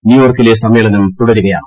ന്യൂയോർക്കിലെ സമ്മേളനം തുടരുകയാണ്